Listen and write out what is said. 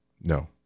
No